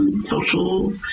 social